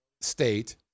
state